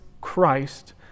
Christ